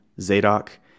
Zadok